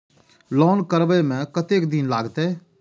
Loan करबे में कतेक दिन लागते?